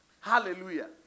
Hallelujah